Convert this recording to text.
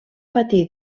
patir